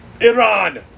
Iran